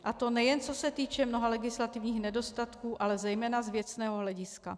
A to nejen co se týče mnoha legislativních nedostatků, ale zejména z věcného hlediska.